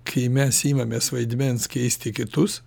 kai mes imamės vaidmens keisti kitus